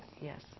yes